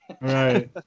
Right